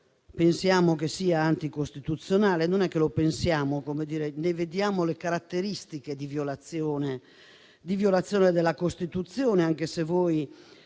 pensiamo sia anticostituzionale. In realtà, non è che lo pensiamo; vediamo le caratteristiche di violazione della Costituzione, anche se voi